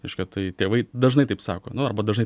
reiškia tai tėvai dažnai taip sako nu arba dažnai